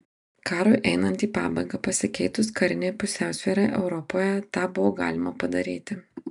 karui einant į pabaigą pasikeitus karinei pusiausvyrai europoje tą buvo galima padaryti